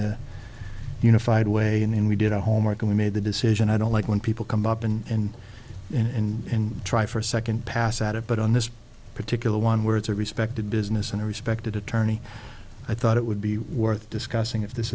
a unified way and we did our homework and we made the decision i don't like when people come up and in try for a second pass at it but on this particular one where it's a respected business and a respected attorney i thought it would be worth discussing if this